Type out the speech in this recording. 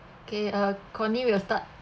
okay uh coney will start